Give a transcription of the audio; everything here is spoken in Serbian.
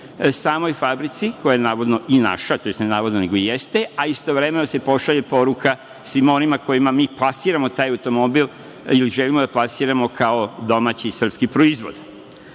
samoj fabrici, koja je navodno naša, tj. ne navodno, nego jeste, a istovremeno se šalje poruka svima onima kojima plasiramo taj automobil ili želimo da plasiramo kao domaći srpski